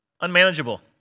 Unmanageable